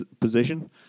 position